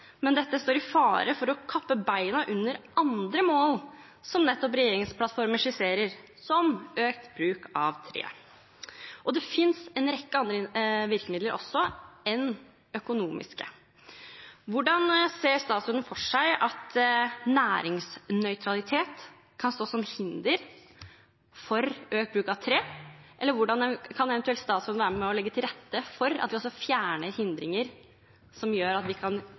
men dette står i fare for å kappe beina under andre mål som nettopp regjeringsplattformen skisserer, som økt bruk av tre. Det finnes også en rekke andre virkemidler enn økonomiske. Hvordan ser statsråden for seg at næringsnøytralitet kan stå som hinder for økt bruk av tre? Hvordan kan statsråden eventuelt være med på å legge til rette for at vi også fjerner hindringer, som gjør at vi kan